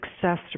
success